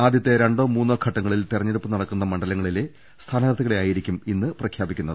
ആദ്യത്തെ രണ്ടോ മൂന്നോ ഘട്ടങ്ങളിൽ തിരഞ്ഞെടുപ്പ് നടക്കുന്ന മണ്ഡലങ്ങളിലെ സ്ഥാനാർഥികളെ ആയിരിക്കും ഇന്ന് പ്രഖ്യാ പിക്കുന്നത്